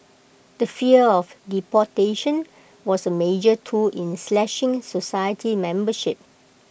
the fear of deportation was A major tool in slashing society membership